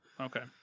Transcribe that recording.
Okay